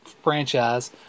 franchise